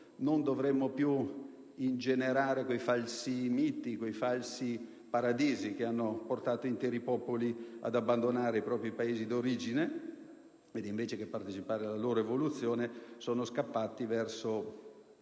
Non dovremmo più ingenerare quei falsi miti, quei falsi paradisi che hanno portato interi popoli ad abbandonare i loro Paesi di origine: invece che partecipare alla loro evoluzione, sono scappati verso